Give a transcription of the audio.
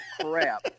crap